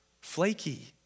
flaky